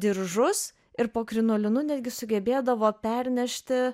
diržus ir po krinolinu netgi sugebėdavo pernešti